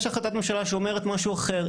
יש החלטת ממשלה שאומרת משהו אחר,